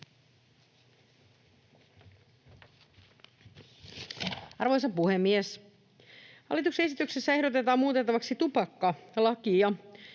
Arvoisa puhemies! Hallituksen esityksessä ehdotetaan muutettavaksi tupakkalakia.